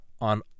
on